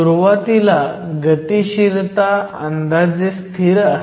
सुरुवातीला गतीशीलता अंदाजे स्थिर असते